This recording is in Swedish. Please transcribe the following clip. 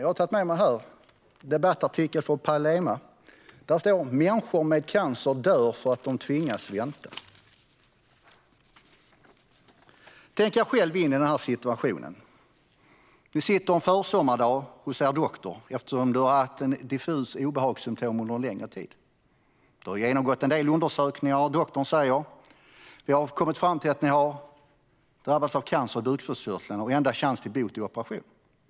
Jag har med mig här en debattartikel från Palema. Där står: Människor med cancer dör för att de tvingas vänta. Tänk er själva in i situationen: Man sitter en försommardag hos sin doktor eftersom man har haft diffusa obehagssymtom under en längre tid. Man har genomgått en del undersökningar, och doktorn säger: Vi har kommit fram till att ni har drabbats av cancer i bukspottkörteln, och den enda chansen till bot är operation.